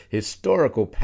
historical